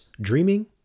dreaming